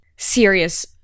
serious